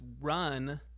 run